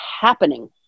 happening